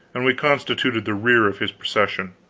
and we constituted the rear of his procession.